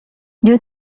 due